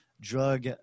drug